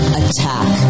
attack